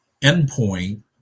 endpoint